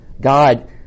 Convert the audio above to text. God